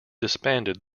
disbanded